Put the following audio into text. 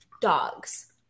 dogs